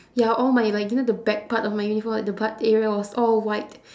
ya all my like you know the back part of my uniform the butt area was all white